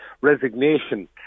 resignation